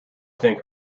think